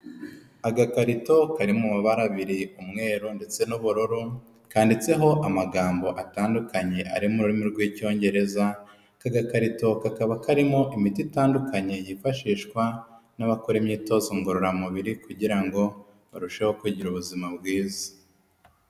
Agakarito kari mu mabara abiriye umweru ndetse n'ubururu, kanditseho amagambo atandukanye ari mu ururimi rw'Icyongereza, aka gakarito kakaba karimo imiti itandukanye yifashishwa n'abakora imyitozo ngororamubiri kugira ngo barusheho kugira ubuzima bwiza.